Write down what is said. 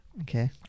Okay